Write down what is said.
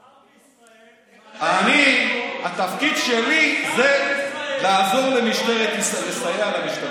לא ייאמן, שר בישראל, התפקיד שלי זה לסייע למשטרה.